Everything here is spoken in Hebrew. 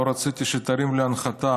לא רציתי שתרים להנחתה,